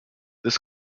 this